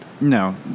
No